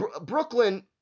Brooklyn